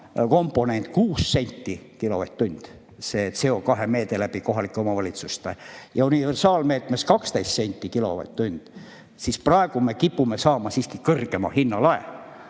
hinnakomponent 6 senti kilovatt-tund, see CO2meede kohalike omavalitsuste kaudu, ja universaalmeetmes 12 senti kilovatt-tund, siis praegu me kipume saama siiski kõrgema hinnalae.